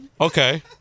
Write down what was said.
Okay